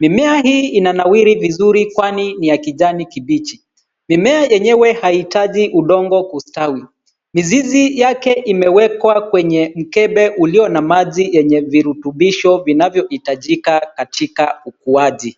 Mimea hii inanawiri vizuri kwani ni ya kijani kibichi. Mimea yenyewe haihitaji udongo kustawi. Mizizi yake imewekwa kwenye mkebe ulio na maji yenye virutubisho vinavyohitajika katika ukuaji.